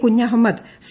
Kunjahammed C